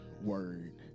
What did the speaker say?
word